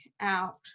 out